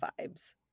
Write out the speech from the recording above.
vibes